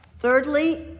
Thirdly